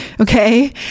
Okay